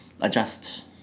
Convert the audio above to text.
adjust